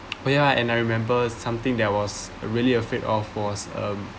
oh yeah and I remember something that was really afraid of was um